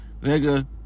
nigga